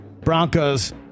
Broncos